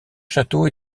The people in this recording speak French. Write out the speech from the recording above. château